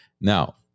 Now